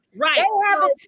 Right